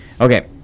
Okay